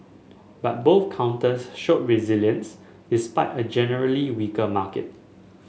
but both counters showed resilience despite a generally weaker market